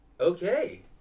Okay